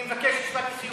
אני מבקש ישיבת נשיאות.